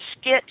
Skit